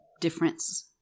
difference